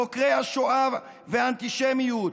חוקרי השואה ואנטישמיות,